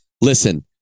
listen